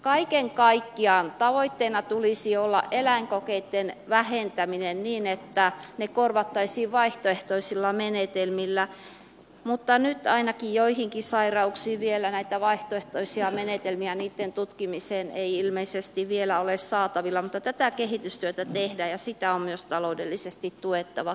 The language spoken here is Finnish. kaiken kaikkiaan tavoitteena tulisi olla eläinkokeitten vähentäminen niin että ne korvattaisiin vaihtoehtoisilla menetelmillä mutta nyt ainakin joidenkin sairauksien tutkimiseen näitä vaihtoehtoisia menetelmiä ei ilmeisesti vielä ole saatavilla mutta tätä kehitystyötä tehdään ja sitä on myös taloudellisesti tuettava